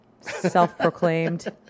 Self-proclaimed